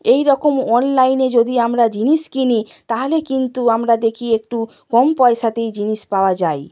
এইরকম অনলাইনে যদি আমরা জিনিস কিনি তাহলে কিন্তু আমরা দেখি একটু কম পয়সাতেই জিনিস পাওয়া যায়